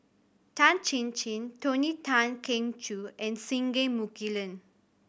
Tan Chin Chin Tony Tan Keng Joo and Singai Mukilan